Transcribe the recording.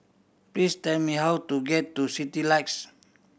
please tell me how to get to Citylights